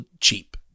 cheap